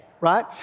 Right